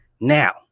Now